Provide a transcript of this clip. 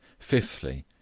fifthly,